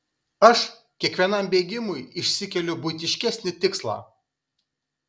aš kiekvienam bėgimui išsikeliu buitiškesnį tikslą